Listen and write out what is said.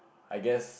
I guess